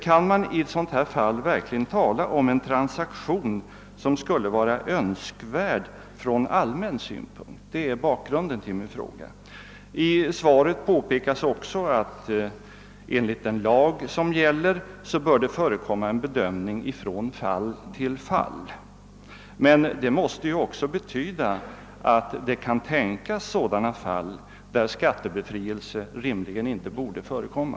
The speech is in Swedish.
Kan man i ett sådant fall verkligen tala om en transaktion som skulle vara »önskvärd från allmän synpunkt»? Detta är bakgrunden till min fråga. I svaret påpekas också att enligt den lag som gäller bör det göras en bedömning från fall till fall. Detta måste betyda att det kan tänkas sådana fall där skattebefrielse inte rimligen skall förekomma.